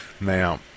now